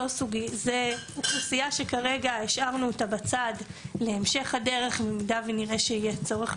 זאת אוכלוסייה שכרגע השארנו אותה בצד להמשך הדרך אם נראה שיש בכך צורך